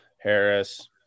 Harris